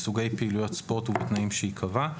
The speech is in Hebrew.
בסוגי פעילויות ספורט ובתנאים שיקבע,